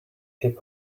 hip